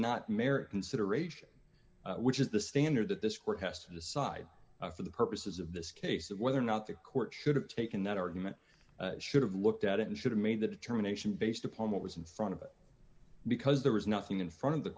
not merit consideration which is the standard that this court has to decide for the purposes of this case that whether or not the court should have taken that argument should have looked at it and should have made the determination based upon what was in front of it because there was nothing in front of the